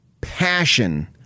passion